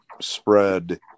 spread